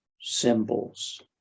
symbols